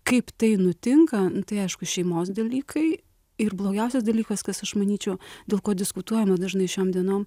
kaip tai nutinka nu tai aišku šeimos dalykai ir blogiausias dalykas kas aš manyčiau dėl ko diskutuojama dažnai šiom dienom